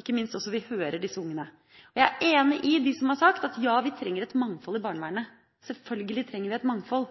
ikke minst hvordan vi hører disse ungene. Jeg er enig med dem som har sagt at vi trenger et mangfold i barnevernet. Selvfølgelig trenger vi et mangfold.